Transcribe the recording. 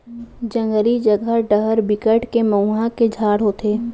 जंगली जघा डहर बिकट के मउहा के झाड़ होथे